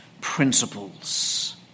principles